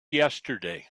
yesterday